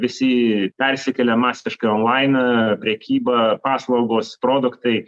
visi persikėlė masiškai onlain prekyba paslaugos produktai